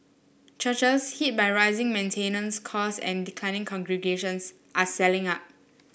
churches hit by rising maintenance costs and declining congregations are selling up